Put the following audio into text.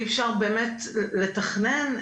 באמת לתכנן,